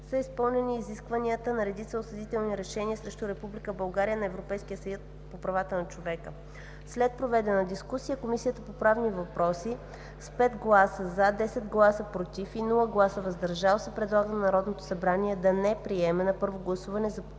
са изпълнени изискванията на редица осъдителни решения срещу Република България на Европейския съд по правата на човека. След проведената дискусия, Комисията по правни въпроси с 5 гласа „за”, 10 гласа „против“ и без „въздържал се”, предлага на Народното събрание да не приеме на първо гласуване Законопроект